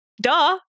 Duh